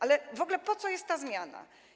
Ale w ogóle po co jest ta zmiana?